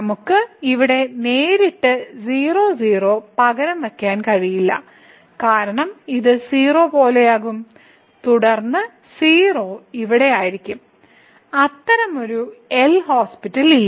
നമുക്ക് ഇവിടെ നേരിട്ട് 00 പകരം വയ്ക്കാൻ കഴിയില്ല കാരണം ഇത് 0 പോലെയാകും തുടർന്ന് 0 ഇവിടെ ആയിരിക്കും അത്തരമൊരു എൽ ഹോസ്പിറ്റൽ ഇല്ല